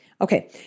okay